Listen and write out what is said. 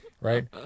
Right